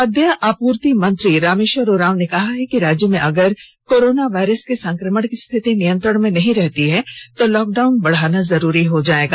खाद्य आपूर्ति मंत्री रामेश्वर उरांव ने कहा है कि राज्य में अगर कोरोना वायरस के संक्रमण की रिथति नियंत्रण में नहीं रहती है तो लॉकडाउन बढ़ाना जरूरी हो जायेगा